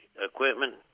equipment